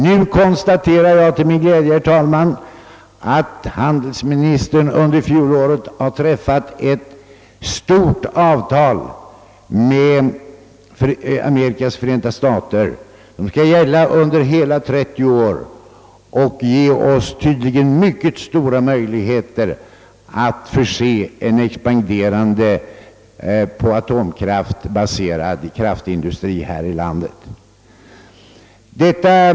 Nu konstaterar jag till min glädje att handelsministern under fjolåret har träffat ett avtal med Amerikas förenta stater som skall gälla under hela 30 år och som tydligen kommer att ge oss mycket stora möjligheter att förse en expanderande, på atomkraft baserad kraftindustri här i landet med råmaterial.